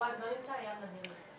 בועז לא נמצא, איל נדיר נמצא.